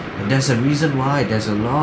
and there's a reason why there's a lot